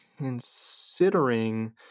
Considering